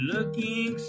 Looking